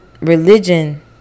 Religion